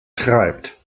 treibt